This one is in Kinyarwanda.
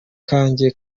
kanjye